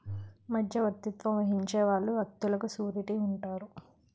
మధ్యవర్తిత్వం వహించే వాళ్ళు వ్యక్తులకు సూరిటీ ఉంటారు